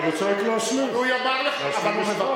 אני רוצה רק להשלים, להשלים משפט.